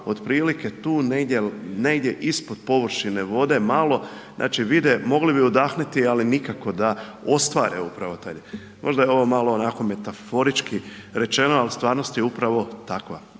otprilike tu negdje ispod površine vode, malo, znači vide, mogli bi udahnuti, ali nikako da ostvare upravo taj. Možda je ovo malo onako metaforički rečeno, ali stvarno je upravo takva.